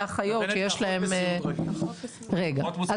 רגע,